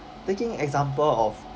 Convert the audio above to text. taking example of